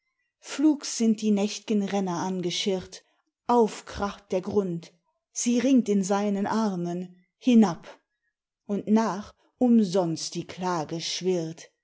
flugs sind die nächt'gen renner angeschirrt aufkracht der grund sie ringt in seinen armen hinab und nach umsonst die klage schwirrt